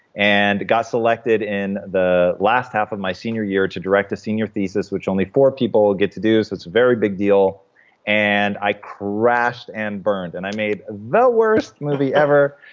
and got selected in the last half of my senior year to direct a senior thesis, which only four people get to do, so it's a very big deal and i crashed and burned. and i made the worst movie ever,